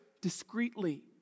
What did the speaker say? discreetly